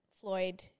Floyd